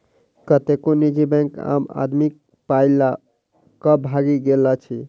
कतेको निजी बैंक आम आदमीक पाइ ल क भागि गेल अछि